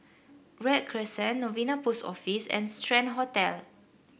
Read Crescent Novena Post Office and Strand Hotel